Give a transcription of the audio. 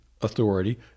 authority